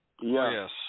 Yes